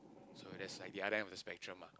so that's like the other end of the spectrum lah